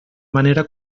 manera